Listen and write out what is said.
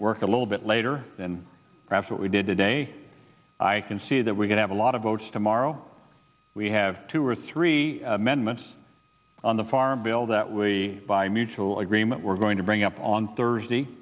work a little bit later and perhaps what we did today i can see that we could have a lot of votes tomorrow we have two or three amendments on the farm bill that we by mutual agreement we're going to bring up on thursday